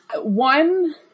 One